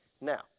Now